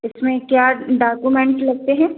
इसमें क्या डाकुमेंट्स लगते हैं